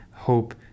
hope